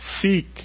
seek